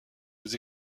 aux